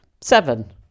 seven